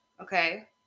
Okay